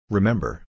Remember